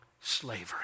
slavery